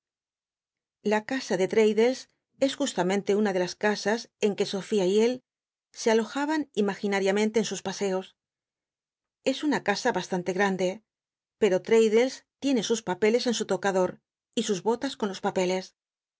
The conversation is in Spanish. la casa de l'mddles es justamente una de las casas en que sofía y él se alojaban imagin ll'iamenle en sus paseos es una casa bastante grande pero raddles tiene sus papeles en su locador y sus botas con los papeles